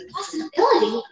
Possibility